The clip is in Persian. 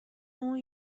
اون